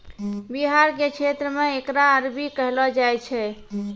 बिहार के क्षेत्र मे एकरा अरबी कहलो जाय छै